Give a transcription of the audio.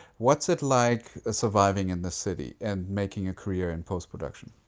what's it like surviving in the city and making a career in post production.